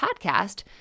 podcast